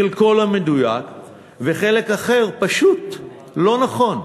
חלק לא מדויק וחלק אחר פשוט לא נכון.